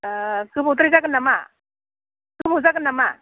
गोबावद्राय जागोन नामा गोबाव जागोन नामा